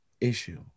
issue